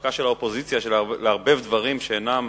שדרכה של האופוזיציה לערבב דברים שאינם